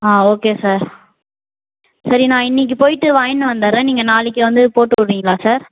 okay sir சரி நான் இன்னைக்கு போய்ட்டு வாங்கின்னு வந்துட்றேன் நீங்கள் நாளைக்கு வந்து போட்டு விட்றிங்களா சார்